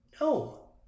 No